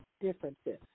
differences